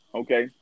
okay